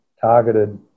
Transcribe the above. targeted